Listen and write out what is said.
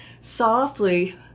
softly